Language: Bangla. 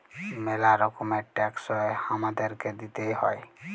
ম্যালা রকমের ট্যাক্স হ্যয় হামাদেরকে দিতেই হ্য়য়